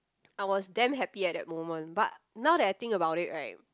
I was damn happy at that moment but now that I think about it right